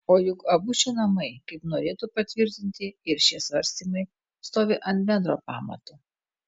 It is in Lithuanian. o juk abu šie namai kaip norėtų patvirtinti ir šie svarstymai stovi ant bendro pamato